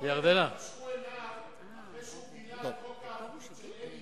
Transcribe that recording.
זה אותו יועץ שחשכו עיניו אחרי שהוא גילה את חוק העבדות של אלי ישי,